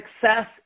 success